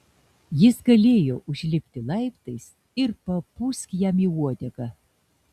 jis galėjo užlipti laiptais ir papūsk jam į uodegą